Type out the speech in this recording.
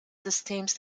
systems